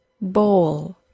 bowl